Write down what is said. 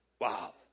Wow